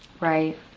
Right